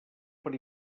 per